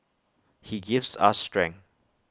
he gives us strength